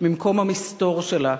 ממקום המסתור שלה,